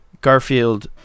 Garfield